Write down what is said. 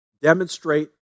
demonstrate